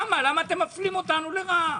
למה אתם מפלים אותנו לרעה?